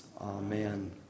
Amen